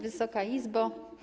Wysoka Izbo!